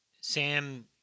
sam